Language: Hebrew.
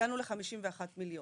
הגענו ל-51,000,000.